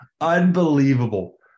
Unbelievable